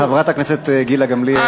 חברת הכנסת גילה גמליאל.